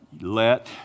let